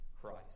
Christ